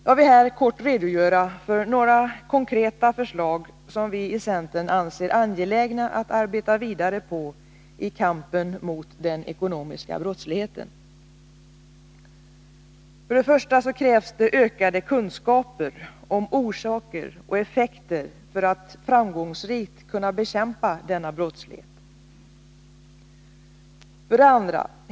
Jag vill här kort redogöra för några konkreta förslag som vi i centern anser angelägna att arbeta vidare på i kampen mot den ekonomiska brottsligheten. 1. Det krävs ökade kunskaper om orsaker och effekter för att framgångsrikt kunna bekämpa denna brottslighet. 2.